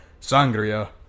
Sangria